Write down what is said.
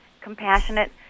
compassionate